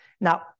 Now